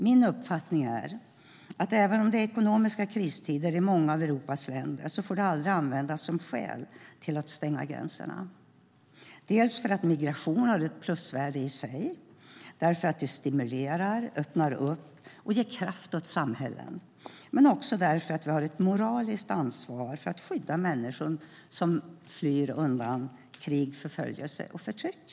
Min uppfattning är att även om det är ekonomiska kristider i många av Europas länder får det aldrig användas som skäl till att stänga gränserna, dels för att migration har ett plusvärde i sig, därför att det stimulerar, öppnar upp och ger kraft åt samhällen, dels också därför att vi har ett moraliskt ansvar för att skydda människor som flyr undan krig, förföljelse och förtryck.